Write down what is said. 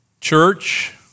Church